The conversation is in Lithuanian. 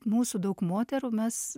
mūsų daug moterų mes